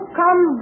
come